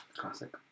Classic